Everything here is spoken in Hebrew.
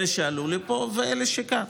אלה שעלו לפה ואלה שכאן.